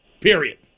period